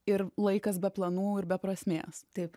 ir laikas be planų ir be prasmės taip